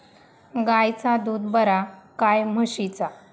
गायचा दूध बरा काय म्हशीचा?